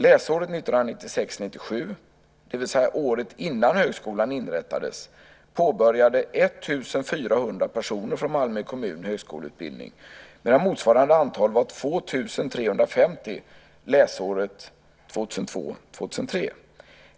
Läsåret 1996 03.